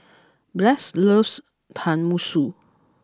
Blas loves Tenmusu